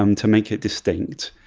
um to make it distinct.